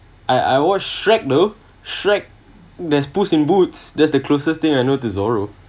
I I watched shrek though shrek there's puss in boots that's the closest thing I know to zoro